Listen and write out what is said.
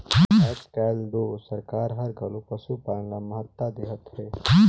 आयज कायल तो सरकार हर घलो पसुपालन ल महत्ता देहत हे